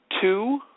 Two